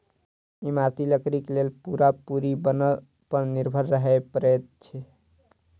इमारती लकड़ीक लेल पूरा पूरी बन पर निर्भर रहय पड़ैत छै